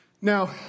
Now